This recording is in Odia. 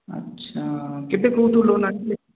ଆଚ୍ଛା କେବେ କେଉଁଥିରୁ ଲୋନ୍ ଆଣିଥିଲେ